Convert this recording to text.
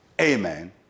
amen